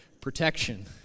protection